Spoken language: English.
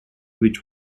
which